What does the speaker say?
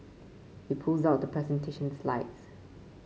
he pulls out the presentation slides